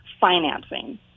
financing